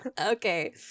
Okay